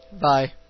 Bye